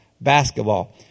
basketball